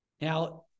Now